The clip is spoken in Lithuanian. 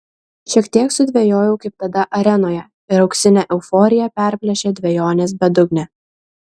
šiek tiek sudvejojau kaip tada arenoje ir auksinę euforiją perplėšė dvejonės bedugnė